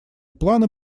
планы